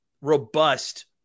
robust